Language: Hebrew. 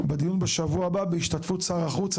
בדיון בשבוע הבא בהשתתפות שר החוץ.